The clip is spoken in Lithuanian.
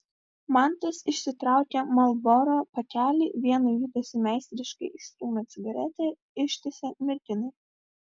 mantas išsitraukė marlboro pakelį vienu judesiu meistriškai išstūmė cigaretę ištiesė merginai